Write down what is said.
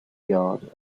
yard